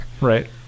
Right